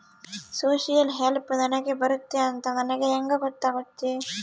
Social help ನನಗೆ ಬರುತ್ತೆ ಅಂತ ನನಗೆ ಹೆಂಗ ಗೊತ್ತಾಗುತ್ತೆ?